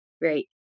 right